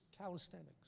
calisthenics